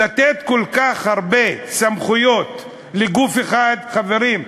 לתת כל כך הרבה סמכויות לגוף אחד חברים,